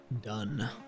Done